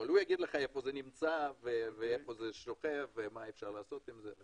הוא יגיד לך איפה זה שוכב ומה אפשר לעשות עם זה.